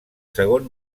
segon